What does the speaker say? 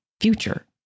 future